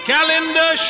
Calendar